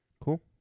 Cool